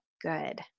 good